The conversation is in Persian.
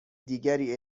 دیگری